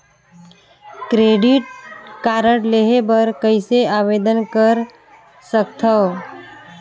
Credit card लेहे बर कइसे आवेदन कर सकथव?